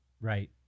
Right